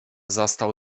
zastał